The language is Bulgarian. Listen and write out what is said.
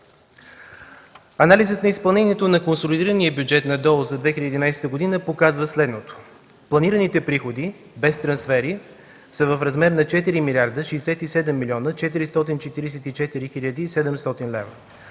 Анализът на изпълнението на консолидирания бюджет на ДОО за 2011 г. показва следното. Планираните приходи, без трансфери, са в размер на 4 млрд. 67 млн. 444 хил. 700 лв.